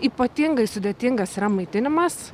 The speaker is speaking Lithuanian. ypatingai sudėtingas yra maitinimas